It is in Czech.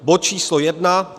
Bod číslo 1.